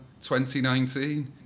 2019